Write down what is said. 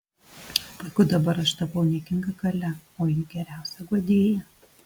puiku dabar aš tapau niekinga kale o ji geriausia guodėja